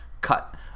cut